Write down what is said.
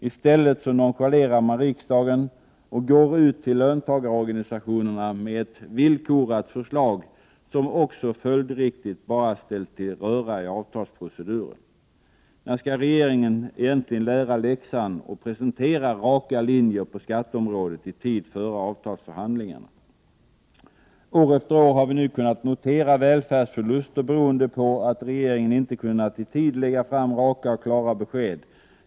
I stället nonchalerar man riksdagen och går ut till löntagarorganisationerna med ett villkorat förslag, som också följdriktigt bara ställt till röra i avtalsproceduren. När skall regeringen egentligen lära läxan och presentera raka linjer på skatteområdet i tid före avtalsförhandlingarna? År efter år har vi nu kunnat notera välfärdsförluster beroende på att regeringen inte kunnat i tid lägga fram raka och klara besked.